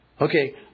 okay